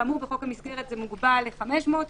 כאמור בחוק המסגרת זה מוגבל ל-500 ש"ח.